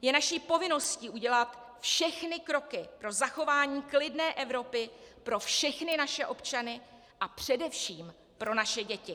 Je naší povinností udělat všechny kroky pro zachování klidné Evropy pro všechny naše občany a především pro naše děti.